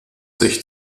sich